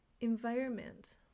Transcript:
environment